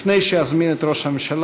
לפני שאזמין את ראש הממשלה,